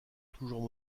toujours